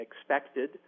expected